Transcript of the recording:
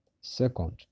second